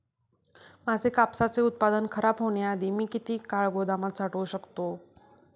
माझे कापसाचे उत्पादन खराब होण्याआधी मी किती काळ गोदामात साठवू शकतो?